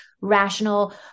rational